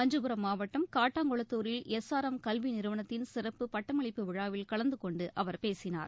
காஞ்சிபுரம் மாவட்டம் காட்டாங்கொளத்தூரில் S R M கல்விநிறுவனத்தின் சிறப்பு பட்டமளிப்பு விழாவில் கலந்துகொண்டுஅவர் பேசினார்